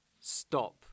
stop